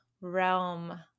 realm